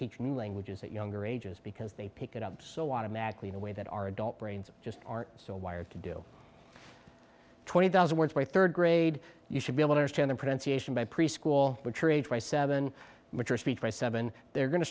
teach new languages that younger ages because they pick it up so automatically in a way that our adult brains just aren't so wired to do twenty thousand words by third grade you should be able to understand the pronunciation by preschool but by seven mature seven they're going to